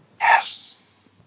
Yes